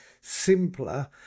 simpler